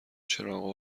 چراغا